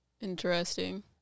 Interesting